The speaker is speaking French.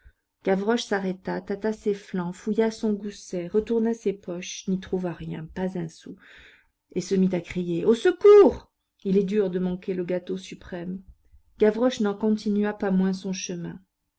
gavroche s'arrêta tâta ses flancs fouilla son gousset retourna ses poches n'y trouva rien pas un sou et se mit à crier au secours il est dur de manquer le gâteau suprême gavroche n'en continua pas moins son chemin